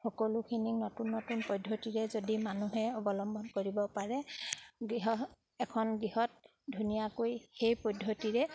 সকলোখিনি নতুন নতুন পদ্ধতিৰে যদি মানুহে অৱলম্বন কৰিব পাৰে গৃহ এখন গৃহত ধুনীয়াকৈ সেই পদ্ধতিৰে